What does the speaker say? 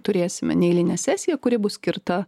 turėsime neeilinę sesiją kuri bus skirta